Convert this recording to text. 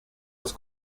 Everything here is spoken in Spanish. los